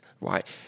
right